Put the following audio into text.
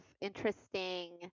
interesting